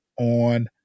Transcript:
on